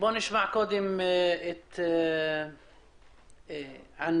נשמע את ענבר